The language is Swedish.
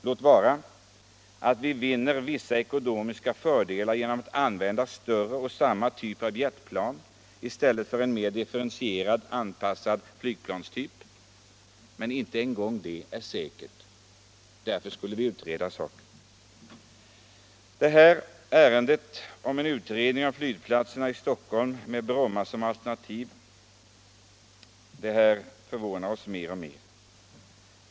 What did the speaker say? Låt vara att vi vinner vissa ekonomiska fördelar genom att använda större och samma typ av jetplan i stället för mera differentierade flygplanstyper, men inte en gång det är säkert. Därför bör vi utreda saken. Det här ärendet om en utredning av flygplatserna i Stockholm med Bromma som alternativ förvånar oss mer och mer.